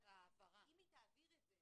אבל אם היא תעביר את זה